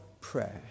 prayer